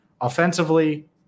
offensively